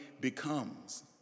becomes